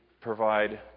provide